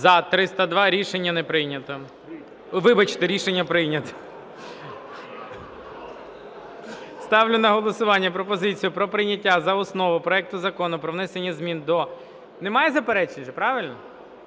За-302 Рішення не прийнято. Вибачте. Рішення прийнято. Ставлю на голосування пропозицію про прийняття за основу проект Закону про внесення змін до... (Немає заперечень же, правильно?)